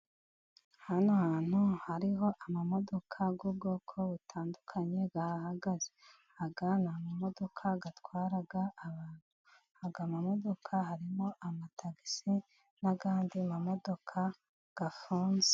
Hano hantu hariho amamodoka y'ubwoko butandukanye , ahagaze ahagana mu madoka atwara abantu mumodoka harimo amatagisi n'ayandi mamodoka afunze.